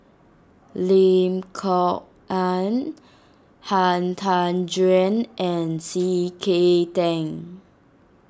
Lim Kok Ann Han Tan Juan and C K Tang